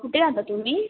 कुठे राहता तुम्ही